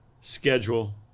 schedule